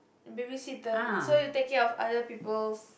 babysitter so you take care of other peoples